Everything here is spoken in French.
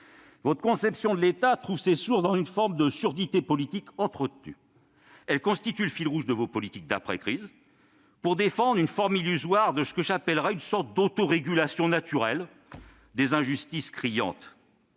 Votre conception de l'État trouve ses sources dans une forme de surdité politique entretenue. Elle constitue le fil rouge de vos politiques d'après-crise, pour défendre une forme illusoire d'« autorégulation naturelle » des injustices criantes.